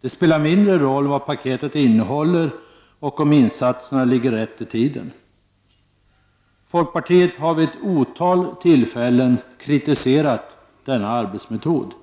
Det spelar mindre roll vad paketet innehåller och om insatserna ligger rätt i tiden. Folkpartiet har vid ett otal tillfällen kritiserat denna arbetsmetod.